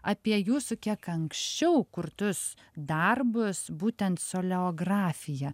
apie jūsų kiek anksčiau kurtus darbus būtent soleografija